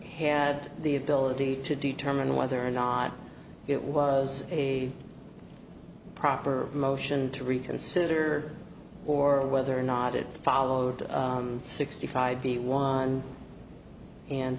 had the ability to determine whether or not it was a proper motion to reconsider or whether or not it followed sixty five b one and